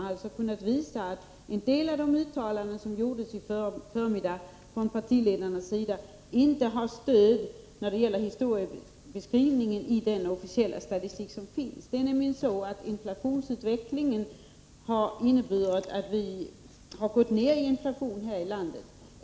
Jag har kunnat visa att en del av de uttalanden som gjordes i förmiddags av partiledarna när det gäller historieskrivningen inte har stöd i den officiella statistiken. Utvecklingen har inneburit att inflationen här i landet gått ned.